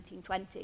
1920